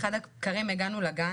באחד הבקרים הגענו לגן,